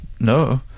no